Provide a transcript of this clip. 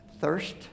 thirst